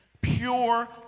pure